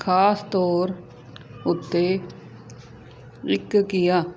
ਖ਼ਾਸ ਤੌਰ ਉੱਤੇ ਇੱਕ ਕੀਆ